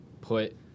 put